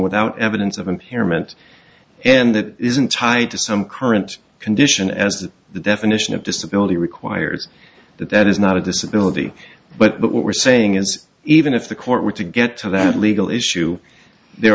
without evidence of impairment and that isn't tied to some current condition as the definition of disability requires that that is not a disability but what we're saying is even if the court were to get to that legal issue there